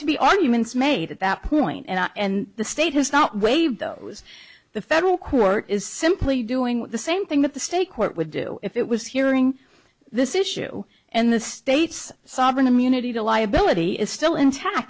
to be arguments made at that point and the state has not waived those the federal court is simply doing the same thing that the state court would do if it was hearing this issue and the state's sovereign immunity to liability is still intact